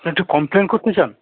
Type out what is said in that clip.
হ্যাঁ তো কমপ্লেন করতে চান